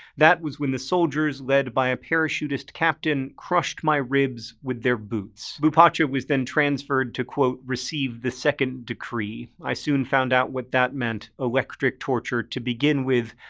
that was when the soldiers, led by a parachutist captain, crushed my ribs with their boots. boupacha was then transferred to receive the second decree. i soon found out what that meant electric torture to begin with.